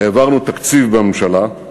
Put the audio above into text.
העברנו תקציב בממשלה,